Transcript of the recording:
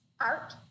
art